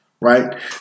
Right